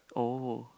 oh